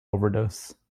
overdose